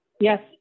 Yes